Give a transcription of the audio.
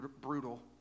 brutal